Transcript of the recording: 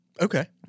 Okay